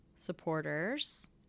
Supporters